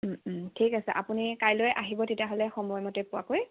ঠিক আছে আপুনি কাইলৈ আহিব তেতিয়াহ'লে সময়মতে পোৱাকৈ